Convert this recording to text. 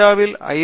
இந்தியாவில் ஐ